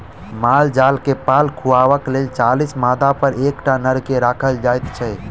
माल जाल के पाल खुअयबाक लेल चालीस मादापर एकटा नर के राखल जाइत छै